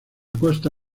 costa